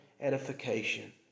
edification